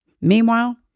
Meanwhile